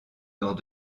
dans